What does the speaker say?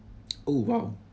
oh !wow!